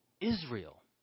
Israel